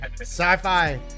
sci-fi